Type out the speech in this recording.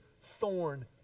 thorn